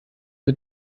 mit